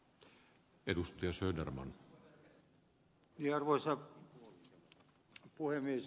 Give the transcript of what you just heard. arvoisa puhemies